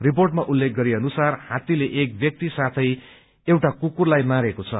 रिपोर्टमा उल्लेख गरिए अनुसार हात्तीले एक व्यक्ति साथै एउटा कुकुरलाई मारेको छ